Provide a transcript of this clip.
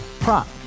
Prop